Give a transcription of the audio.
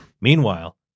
Meanwhile